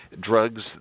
drugs